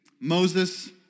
Moses